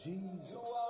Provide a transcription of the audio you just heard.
Jesus